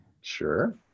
Sure